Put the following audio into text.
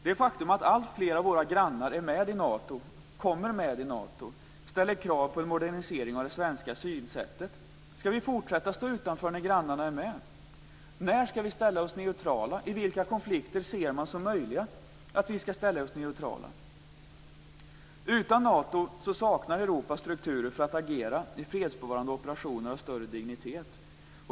Det faktum att alltfler av våra grannar kommer med i Nato ställer krav på en modernisering av det svenska synsättet. Skall vi fortsätta att stå utanför när grannarna är med? När skall vi ställa oss neutrala? I vilka konflikter som man ser som möjliga skall vi ställa oss neutrala? Utan Nato saknar Europa strukturer för att agera i fredsbevarande aktioner av större dignitet.